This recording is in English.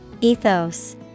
Ethos